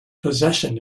possession